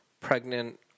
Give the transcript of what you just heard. pregnant